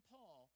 Paul